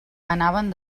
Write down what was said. anaven